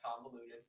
convoluted